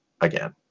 again